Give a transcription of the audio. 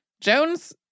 Jones